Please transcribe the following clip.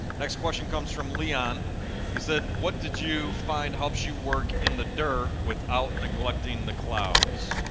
next question comes from leon he said what did you find helps you work in the dirt without neglecting the clouds?